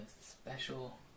special